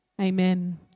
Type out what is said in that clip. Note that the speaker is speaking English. Amen